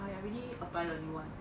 I already apply a new [one]